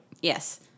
Yes